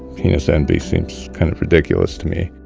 penis envy seems kind of ridicu lous to me.